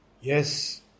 Yes